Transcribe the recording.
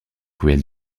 ruelles